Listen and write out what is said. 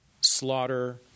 slaughter